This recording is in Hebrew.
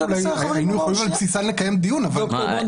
והיינו על בסיסן יכולים לקיים דיון אבל...